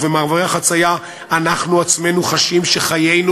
ובמעברי החציה אנחנו עצמנו חשים שחיינו